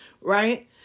right